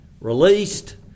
released